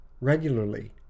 regularly